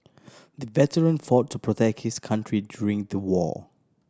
the veteran fought to protect his country during the war